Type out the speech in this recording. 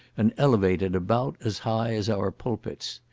and elevated about as high as our pulpits.